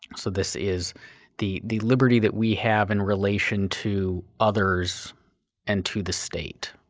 so this is the the liberty that we have in relation to others and to the state.